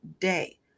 day